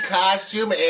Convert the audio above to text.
costume